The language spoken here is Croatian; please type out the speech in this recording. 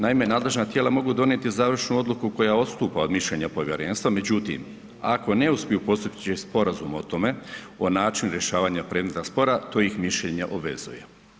Naime, nadležna tijela mogu donijeti završnu odluku koja odstupa od mišljenja povjerenstva, međutim, ako ne uspiju postupci sporazuma o tome, o načinu rješavanja predmeta spora, to ih mišljenje obvezuje.